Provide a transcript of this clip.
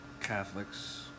Catholics